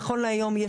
נכון להיום,